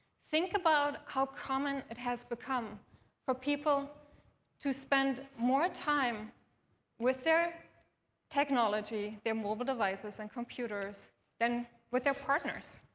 think about how common it has become for people to spend more time with their technology, their mobile devices, and computers than with their partners.